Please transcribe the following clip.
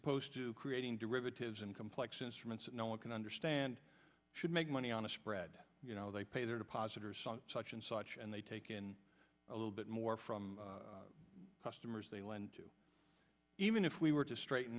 opposed to creating derivatives and complex instruments that no one can understand should make money on a spread you know they pay their depositors such and such and they take in a little bit more from customers they lend to even if we were to straight